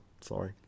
sorry